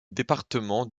département